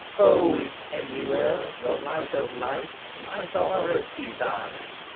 ho, if anywhere the light of life smite on orestes' eyes,